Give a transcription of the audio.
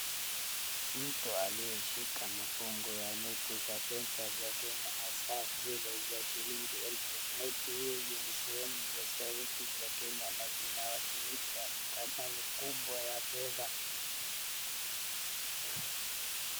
Mtu aliyeshika mafungo ya noti za pesa za Kenya hasa zile za shilingi elfu. Noti hizi ni sehemu za sarufi za Kenya na zinawakilisha dhamani kubwa ya fedha.